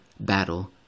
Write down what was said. battle